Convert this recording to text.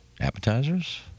appetizers